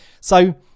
So-